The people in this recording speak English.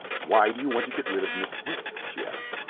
why do you want to get rid of miss gwilt? she asked.